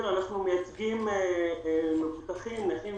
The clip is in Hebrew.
אנו מדברים על תיקון שמתייחס לתביעות שנוגעות לחיים,